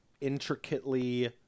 intricately